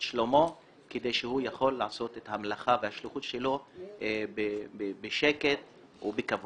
את שלומו כדי שהוא יוכל לעשות את המלאכה והשליחות שלו בשקט ובכבוד.